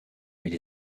mais